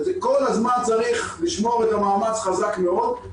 וכל הזמן צריך לשמור את המאמץ חזק מאוד.